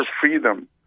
freedom